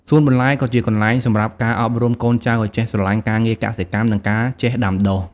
សួនបន្លែក៏ជាកន្លែងសម្រាប់ការអប់រំកូនចៅឱ្យចេះស្រឡាញ់ការងារកសិកម្ម និងការចេះដាំដុះ។